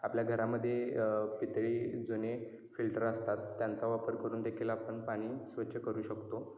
आपल्या घरामध्ये पितळी जुने फिल्टर असतात त्यांचा वापर करून देखील आपण पाणी स्वच्छ करू शकतो